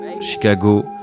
Chicago